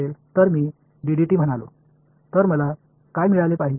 तर मी म्हणालो तर मला काय मिळाले पाहिजे